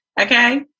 okay